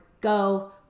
go